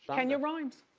kenya rhymes,